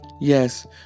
Yes